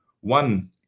one